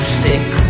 thick